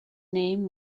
name